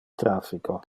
traffico